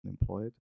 employed